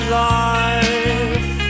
life